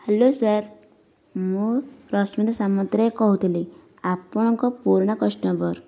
hello sir ମୁଁ ରଶ୍ମିତା ସାମନ୍ତରାୟ କହୁଥିଲି ଆପଣଙ୍କ ପୁରୁଣା କଷ୍ଟମର୍